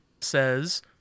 says